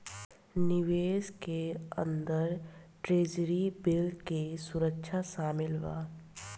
निवेश के अंदर ट्रेजरी बिल के सुरक्षा शामिल बा